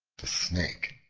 the snake,